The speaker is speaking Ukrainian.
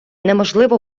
неможливо